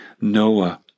Noah